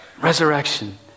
Resurrection